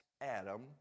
Adam